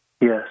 Yes